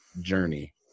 journey